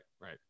right